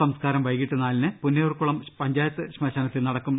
സംസ്കാരം വൈകീട്ട് നാലിന് പുന്നയൂർകുളം പഞ്ചായത്ത് ശ്മശാനത്തിൽ നട ക്കും